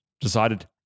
decided